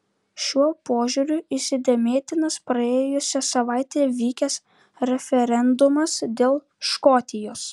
šiuo požiūriu įsidėmėtinas praėjusią savaitę vykęs referendumas dėl škotijos